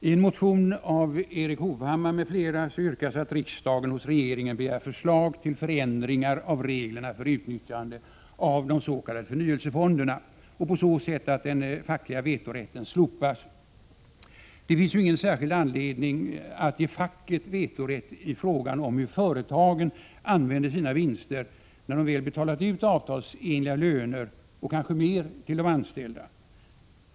I en motion av Erik Hovhammar m.fl. yrkas att riksdagen hos regeringen begär förslag till förändringar av reglerna för utnyttjande av de s.k. förnyelsefonderna på så sätt att den fackliga vetorätten slopas. Det finns ju ingen särskild anledning att ge facket vetorätt i frågan om hur företagen använder sina vinster, när de väl har betalat ut avtalsenliga löner och kanske mer till de anställda.